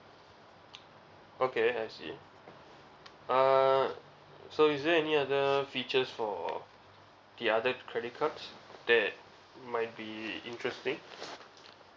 okay I see uh so is there any other features for the other credit cards that might be interesting